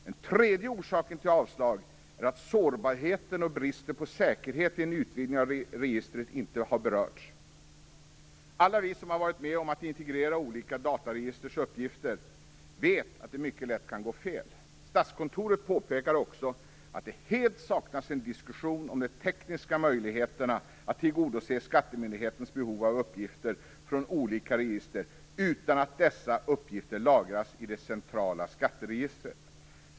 Den tredje orsaken till avslag är att sårbarheten och bristen på säkerhet i en utvidgning av registret inte har berörts. Alla vi som har varit med om att integrera olika dataregisters uppgifter vet att det mycket lätt kan gå fel. Statskontoret påpekar också att det helt saknas en diskussion om de tekniska möjligheterna att tillgodose skattemyndighetens behov av uppgifter från olika register utan att dessa uppgifter lagras i det centrala skatteregistret.